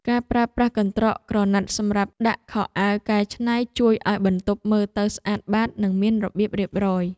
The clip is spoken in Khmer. ការប្រើប្រាស់កន្ត្រកក្រណាត់សម្រាប់ដាក់ខោអាវកែច្នៃជួយឱ្យបន្ទប់មើលទៅស្អាតបាតនិងមានរបៀបរៀបរយ។